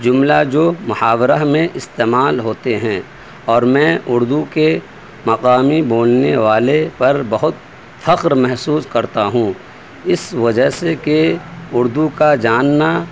جملہ جو محاورہ میں استعمال ہوتے ہیں اور میں اردو کے مقامی بولنے والے پر بہت فخر محسوس کرتا ہوں اس وجہ سے کہ اردو کا جاننا